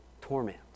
torment